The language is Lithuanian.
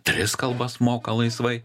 tris kalbas moka laisvai